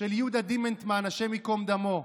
של יהודה דימנטמן, השם ייקום דמו,